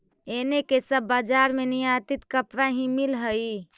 एने के सब बजार में निर्यातित कपड़ा ही मिल हई